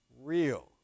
real